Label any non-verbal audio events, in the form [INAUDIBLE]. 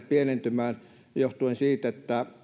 [UNINTELLIGIBLE] pienentymään johtuen siitä että